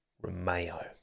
Romeo